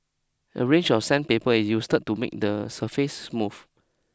a range of sandpaper is used to make the surface smooth